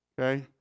okay